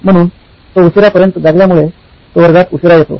म्हणून तो उशिरापर्यंत जागल्यामुळे तो वर्गात उशीरा येतो